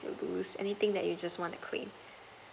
that you lost anything that you just want to claim